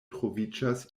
troviĝas